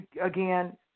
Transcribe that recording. again